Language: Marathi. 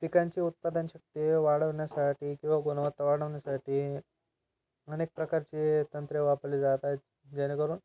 पिकांचे उत्पादन शक्ती वाढवण्यासाठी किंवा गुणवत्ता वाढवण्यासाठी अनेक प्रकारचे तंत्रे वापरले जात आहेत जेणेकरून